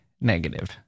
negative